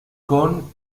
con